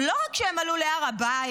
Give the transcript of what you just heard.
לא רק שהם עלו להר הבית.